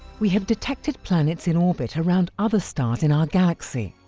we have detected planets in orbit around other stars in our galaxy,